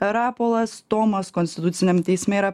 rapolas tomas konstituciniam teisme yra